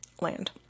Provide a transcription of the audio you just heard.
land